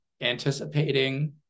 anticipating